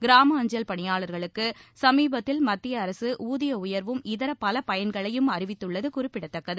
கிராம அஞ்சல் பணியாளர்களுக்கு சமீபத்தில் மத்திய அரசு ஊதிய உயர்வும் இதர பல பயன்களையும் அறிவித்துள்ளது குறிப்பிடத்தக்கது